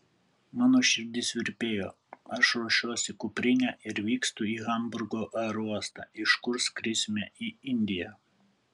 mano širdis virpėjo aš ruošiuosi kuprinę ir vykstu į hamburgo aerouostą iš kur skrisime į indiją